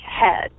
Head